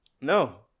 no